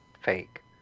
fake